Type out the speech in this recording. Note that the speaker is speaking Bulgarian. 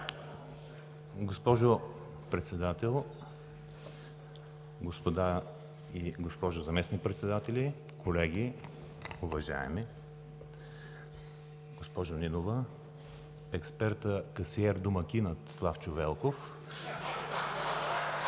Госпожо Председател, господа и госпожо заместник-председатели, колеги – уважаеми, госпожо Нинова, експертът касиер домакинът Славчо Велков!